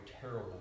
terrible